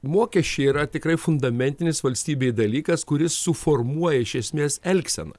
mokesčiai yra tikrai fundamentinis valstybėje dalykas kuris suformuoja iš esmės elgseną